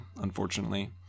unfortunately